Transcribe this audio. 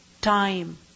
time